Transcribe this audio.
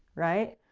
right?